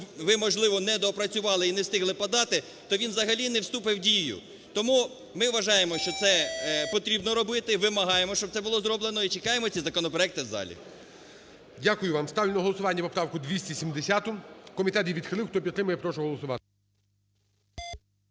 ви, можливо, не доопрацювали і не встигли подати, то він взагалі не вступить у дію. Тому ми вважаємо, що це потрібно робити, вимагаємо, щоб це було зроблено, і чекаємо ці законопроекти у залі. ГОЛОВУЮЧИЙ. Дякую вам. Ставлю на голосування поправку 270. Комітет її відхилив. Хто підтримує, прошу голосувати.